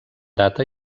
data